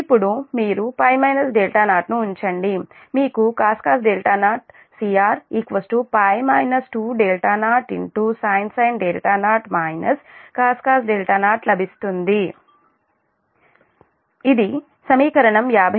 ఇప్పుడు మీరు π 0 ను ఉంచండి మీకుcos cr π 20sin 0 cos 0 లభిస్తుంది ఇది సమీకరణం 53